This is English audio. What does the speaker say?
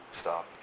Stop